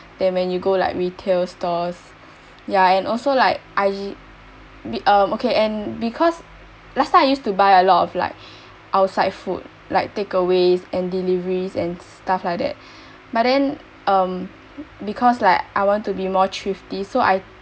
then when you go like retail stores ya and also like I um okay and because last time I used to buy a lot of like outside food like takeaways and deliveries and stuff like that but then um because like I want to be more thrifty so I